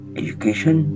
education